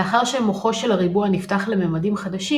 לאחר שמוחו של הריבוע נפתח לממדים חדשים,